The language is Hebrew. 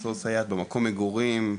למצוא סייעת במקום מגורים,